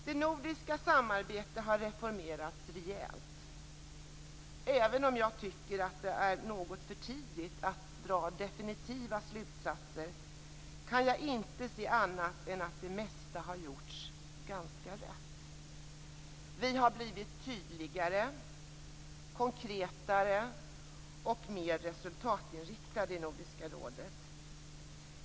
Det nordiska samarbetet har reformerats rejält. Även om jag tycker att det är något för tidigt att dra definitiva slutsatser, kan jag inte se annat än att det mesta har gjorts ganska rätt. Vi har blivit tydligare, konkretare och mer resultatinriktade i Nordiska rådet.